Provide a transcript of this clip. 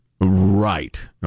Right